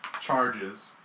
charges